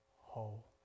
whole